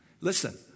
Listen